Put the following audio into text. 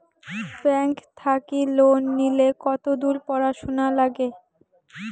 Bank থাকি loan নিলে কতদূর পড়াশুনা নাগে?